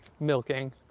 milking